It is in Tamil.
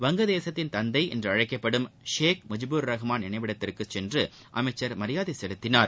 வங்கதேசத்தின் தந்தை என்று அழைக்கப்படும் ஷேக் முஜிபூர் ரஹ்மாள் நிளைவிடத்திற்கும் சென்று அமைச்சர் மரியாதை செலுத்தினார்